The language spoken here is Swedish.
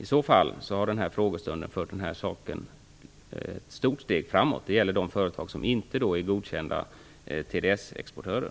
I så fall har den här frågestunden fört den här saken ett stort steg framåt. Det gäller de företag som inte är godkända TDS-exportörer.